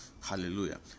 hallelujah